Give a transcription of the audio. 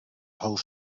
host